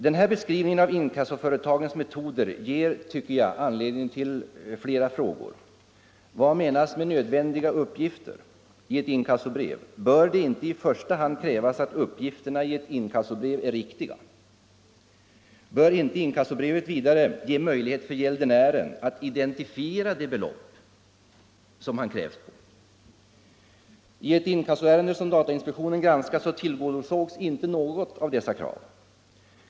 Denna beskrivning av inkassoföretagens metoder ger anledning till flera frågor. Vad menas med nödvändiga uppgifter i ett inkassobrev? Bör det inte i första hand krävas att uppgifterna i ett inkassobrev är riktiga? Bör inte inkassobrevet vidare ge möjlighet för gäldenären att identifiera de belopp han blir krävd på? I ett inkassoärende som datainspektionen granskat tillgodosågs inte något av dessa krav.